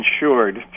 insured